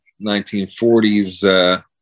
1940s